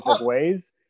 ways